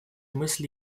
мысли